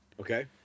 Okay